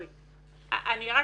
אני רק